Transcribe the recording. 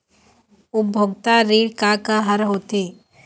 उपभोक्ता ऋण का का हर होथे?